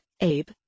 Abe